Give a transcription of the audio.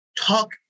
talk